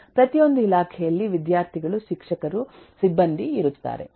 ಪ್ರತಿಯೊಂದು ಇಲಾಖೆಯಲ್ಲಿ ವಿದ್ಯಾರ್ಥಿಗಳು ಶಿಕ್ಷಕರು ಸಿಬ್ಬಂದಿ ಇರುತ್ತಾರೆ